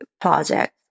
project